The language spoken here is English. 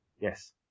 yes